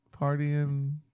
partying